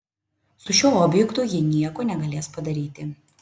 su šiuo objektu jie nieko negalės padaryti